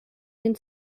den